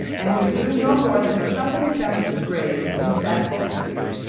and would do no more than accompany them to gray's in sackville street,